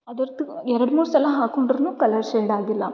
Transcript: ಅದರ್ದು ಎರಡು ಮೂರು ಸಲ ಹಾಕೊಂಡ್ರು ಕಲ್ಲರ್ಸ್ ಶೇಡ್ ಆಗಿಲ್ಲ